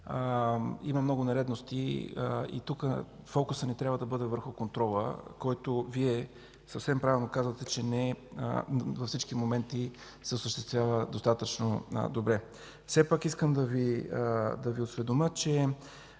има много нередности и тук фокусът ни трябва да бъде върху контрола, който Вие съвсем правилно казвате, че не във всички моменти се осъществява достатъчно добре. Все пак искам да Ви осведомя, че